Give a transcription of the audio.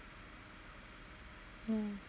ya